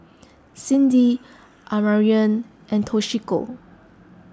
Cindy Amarion and Toshiko